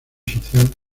social